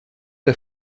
der